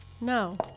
No